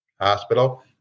hospital